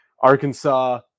Arkansas